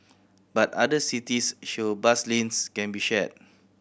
but other cities show bus lanes can be shared